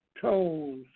toes